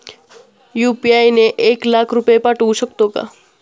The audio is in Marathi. यु.पी.आय ने एक लाख रुपये पाठवू शकतो का?